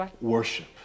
Worship